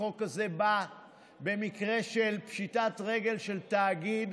החוק הזה בא במקרה של פשיטת רגל של תאגיד,